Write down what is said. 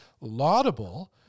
laudable